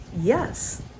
yes